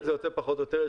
פחות או יותר,